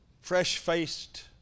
fresh-faced